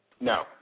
No